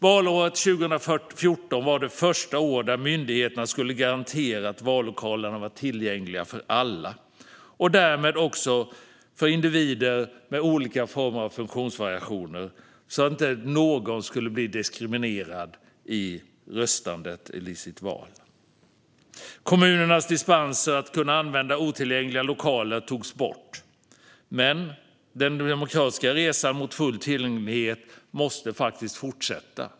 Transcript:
Valåret 2014 var det första året då myndigheterna skulle garantera att vallokalerna var tillgängliga för alla och därmed också för individer med olika former av funktionsvariationer så att inte någon skulle bli diskriminerad i röstandet eller i sitt val. Kommunernas dispenser att använda otillgängliga lokaler togs bort, men den demokratiska resan mot full tillgänglighet måste faktiskt fortsätta.